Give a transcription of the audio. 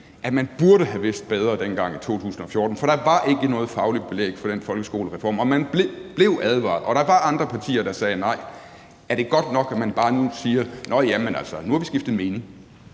at man burde have vidst bedre dengang i 2014, for der var ikke noget fagligt belæg for den folkeskolereform, og man blev advaret, og der var andre partier, der sagde nej? Er det godt nok, at man bare nu siger: Nå ja, men nu har vi skiftet mening?